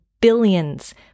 billions